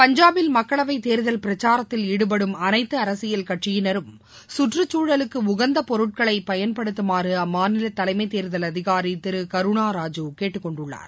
பஞ்சாபில் மக்களவை தேர்தல் பிரக்சாரத்தில் ஈடுபடும் அளைத்து அரசியல் கட்சியினரும் சற்றுக்குழலுக்கு உகந்த பொருட்களை பயன்படுத்துமாறு அம்மாநில தலைமை தேர்தல் அதிகாரி திரு கருணா ராஜு கேட்டுக்கொண்டுள்ளார்